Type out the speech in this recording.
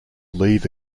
leave